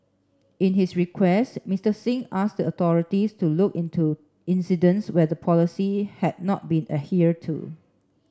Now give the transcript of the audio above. in his request Mr Singh asked the authorities to look into incidents where the policy had not been adhered to